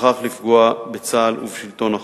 ובכך לפגוע בצה"ל ובשלטון החוק.